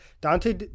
Dante